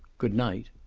good-night.